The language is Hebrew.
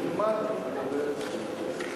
תלמד לדבר בדרך-ארץ.